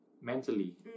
mentally